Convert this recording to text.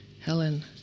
Helen